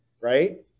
right